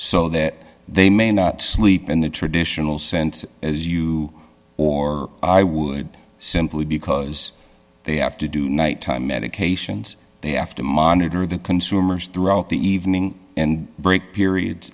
so that they may not sleep in the traditional sense as you or i would simply because they have to do night time medications they have to monitor the consumers throughout the evening and break periods